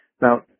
now